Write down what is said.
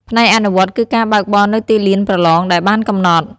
ផ្នែកអនុវត្តគឺការបើកបរនៅទីលានប្រឡងដែលបានកំណត់។